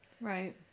right